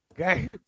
Okay